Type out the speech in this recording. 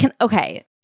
Okay